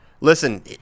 listen